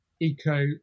eco